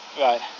right